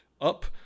Up